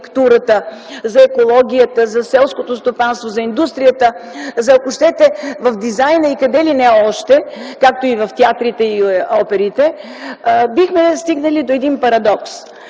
за екологията, за селското стопанство, за индустрията, за дизайна, ако щете, и къде ли не още, както и в театрите и оперите, бихме стигнали до един парадокс